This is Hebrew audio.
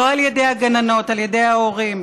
לא על ידי הגננות, על ידי ההורים.